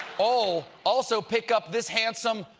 oh, also pick up this handsome,